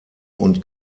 und